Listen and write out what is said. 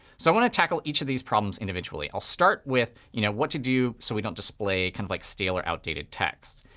so i want to tackle each of these problems individually. i'll start with you know what to do so we don't display kind of like stale or outdated text.